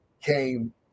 came